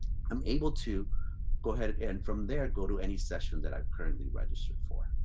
i'm able to go ahead and from there go to any session that i've currently registered for.